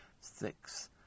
six